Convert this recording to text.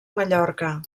mallorca